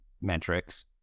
metrics